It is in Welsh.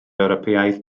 ewropeaidd